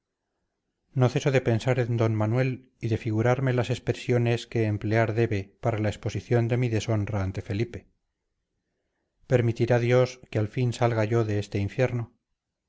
no ceso de pensar en d manuel y de figurarme las expresiones que emplear debe para la exposición de mi deshonra ante felipe permitirá dios que al fin salga yo de este infierno